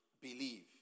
believe